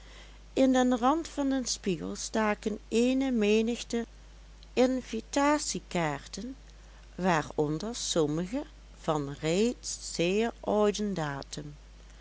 in den rand van den spiegel staken eene menigte invitatiekaarten waaronder sommige van reeds zeer ouden datum